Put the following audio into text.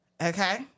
okay